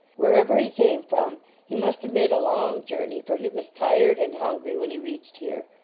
wherever he came from he must have made a long journey, for he was tired and hungry when he reached here.